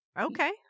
okay